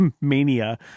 mania